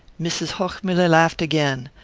mrs. hochmuller laughed again.